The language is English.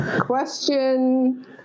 Question